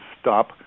stop